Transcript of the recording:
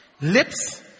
lips